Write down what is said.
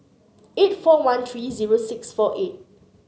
eight four one three zero six four eight